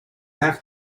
have